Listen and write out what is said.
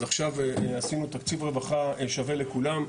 אז עכשיו עשינו תקציב רווחה שווה לכולם.